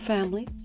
Family